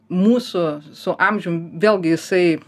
mūsų su amžium vėlgi jisai